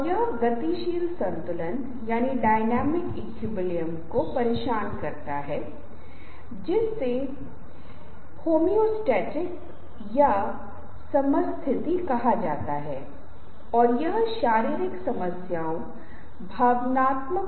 दूसरी ओर जब हम विसुअल एड्स के बारे में बात कर रहे हैं तो वे अक्सर आपकी उपस्थिति के साथ या बिना जा सकते हैं